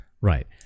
Right